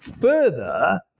further